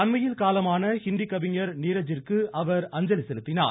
அண்மையில் காலமான றிந்தி கவிஞர் நீரஜ்ஜிற்கு அவர் அஞ்சலி செலுத்தினார்